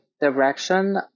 direction